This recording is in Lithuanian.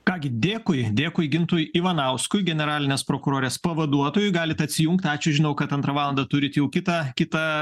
ką gi dėkui dėkui gintui ivanauskui generalinės prokurorės pavaduotojui galit atsijungt ačiū žinau kad antrą valandą turit jau kitą kitą